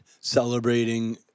celebrating